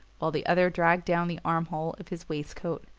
while the other dragged down the armhole of his waistcoat.